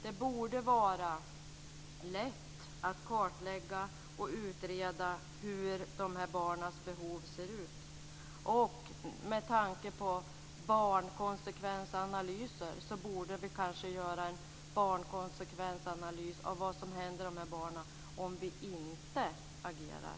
Det borde vara lätt att kartlägga och utreda hur barnens behov ser ut. Med tanke på barnkonsekvensanalyser borde vi kanske göra en barnkonsekvensanalys av vad som händer barnen om vi inte agerar.